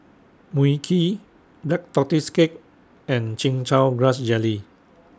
Mui Kee Black Tortoise Cake and Chin Chow Grass Jelly